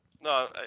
No